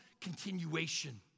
continuation